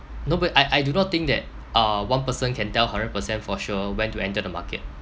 no but I I do not think that uh one person can tell hundred percent for sure when to enter the market